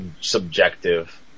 subjective